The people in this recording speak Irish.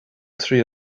trí